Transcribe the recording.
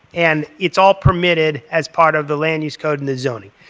and it's all permitted as part of the land use code in the zoning.